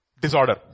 disorder